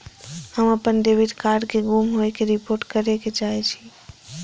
हम अपन debit card के गुम होय के रिपोर्ट करे के चाहि छी